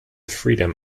freedom